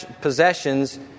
possessions